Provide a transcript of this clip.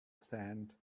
sand